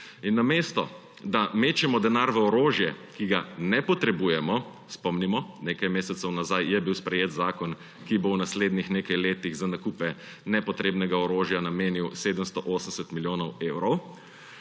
Namesto da mečemo denar v orožje, ki ga ne potrebujemo – spomnimo, nekaj mesecev nazaj je bil sprejet zakon, ki bo v naslednjih nekaj letih za nakupe nepotrebnega orožja namenil 780 milijonov evrov